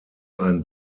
ein